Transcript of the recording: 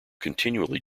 continually